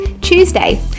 Tuesday